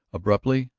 abruptly,